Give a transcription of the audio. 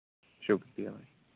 شُکریہ بھاٮٔی